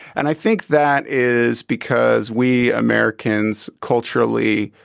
and i think that is because we americans, culturally,